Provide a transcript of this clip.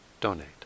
donate